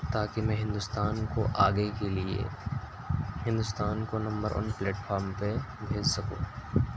تاکہ میں ہندوستان کو آگے کے لیے ہندوستان کو نمبر ون پلیٹ پھام پہ بھیج سکوں